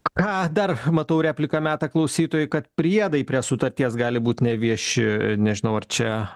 ką dar matau repliką meta klausytojai kad priedai prie sutarties gali būt nevieši nežinau ar čia